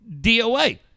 DOA